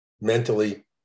mentally